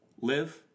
live